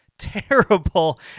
Terrible